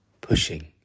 pushing